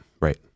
right